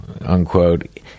unquote